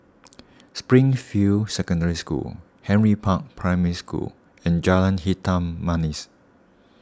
Springfield Secondary School Henry Park Primary School and Jalan Hitam Manis